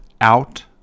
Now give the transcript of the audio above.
out